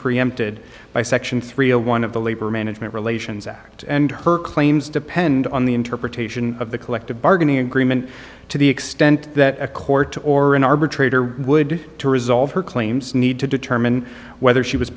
preempted by section three of one of the labor management relations act and her claims depend on the interpretation of the collective bargaining agreement to the extent that a court or an arbitrator would to resolve her claims need to determine whether she was